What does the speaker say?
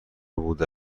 بوده